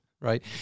Right